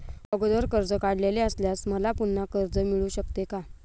अगोदर कर्ज काढलेले असल्यास मला पुन्हा कर्ज मिळू शकते का?